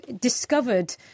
discovered